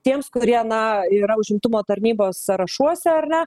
tiems kurie na yra užimtumo tarnybos sąrašuose ar ne